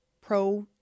pro